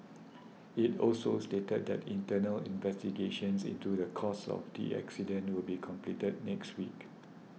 it also stated that internal investigations into the cause of the accident will be completed next week